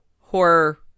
horror